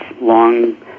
long